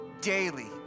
daily